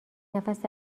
نفس